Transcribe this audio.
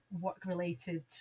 work-related